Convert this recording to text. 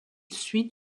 suit